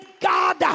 God